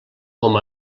com